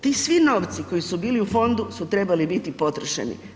Ti svi novci koji su bili u fondu su trebali biti potrošeni.